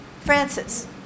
Francis